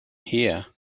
here